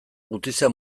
gutizia